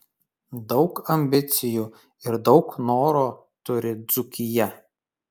daug ambicijų ir daug noro turi dzūkija